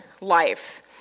life